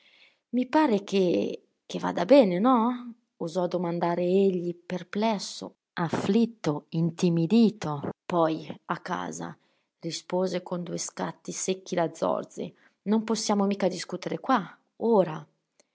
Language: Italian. i pare che che vada bene no osò domandare egli perplesso afflitto intimidito poi a casa rispose con due scatti secchi la zorzi non possiamo mica discutere qua ora